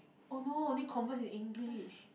oh no they converse in english